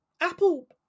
Apple